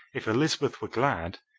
if elizabeth were glad,